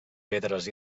pedres